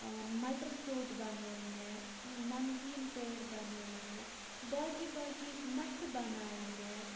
مَٹَر ژوٚٹ بَنٲو مےٚ نَمکیٖن پٲرۍ بَنٲے مےٚ باقٕے باقٕے مَٹھِ بَناے مےٚ